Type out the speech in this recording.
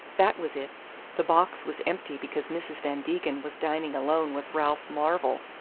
that was it the box was empty because mrs. van degen was dining alone with ralph marvell!